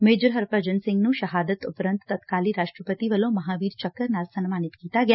major Harbhajan Singh ਨੂੰ ਸ਼ਹਾਦਤ ਉਪਰੰਤ ਤਤਕਾਲੀ ਰਾਸ਼ਟਰਪਤੀ ਵੱਲੋਂ ਮਹਾਂਵੀਰ ਚੱਕਰ ਨਾਲ ਸਨਮਾਨਿਤ ਕੀਤਾ ਗਿਆ